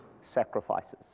sacrifices